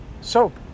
soap